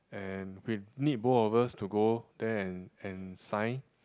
and need both of us to go there and and sign